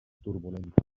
turbulenta